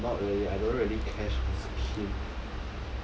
err not really I don't really cash skin